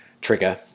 trigger